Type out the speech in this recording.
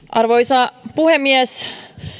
arvoisa puhemies